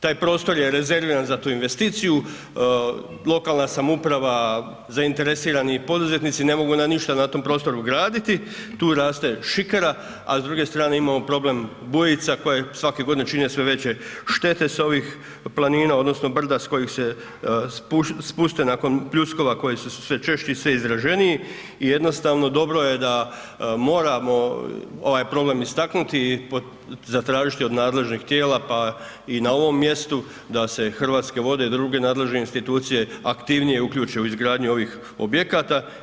Taj prostor je rezerviran za tu investiciju, lokalna samouprava, zainteresirani poduzetnici ne mogu ništa na tom prostoru graditi, tu raste šikara a druge strane imamo problem bujica koje svake godine čine sve veće štete s ovih planina odnosno brda s kojih se spuste nakon pljuskova koji su sve češći, sve izraženiji i jednostavno dobro je da moramo ovaj problem istaknuti, zatražiti od nadležnih tijela pa i na ovom mjestu da se Hrvatske vode i druge nadležne institucije aktivnije uključe u izgradnju ovih objekata.